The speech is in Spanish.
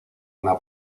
una